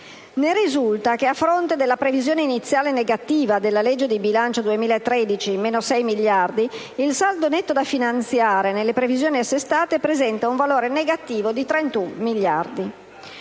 Ne risulta che, a fronte della previsione iniziale negativa della legge di bilancio 2013 (-6 miliardi), il saldo netto da finanziare, nelle previsioni assestate, presenta un valore negativo di 31 miliardi.